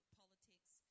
politics